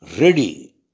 ready